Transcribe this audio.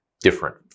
different